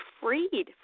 freed